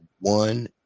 one